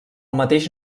mateix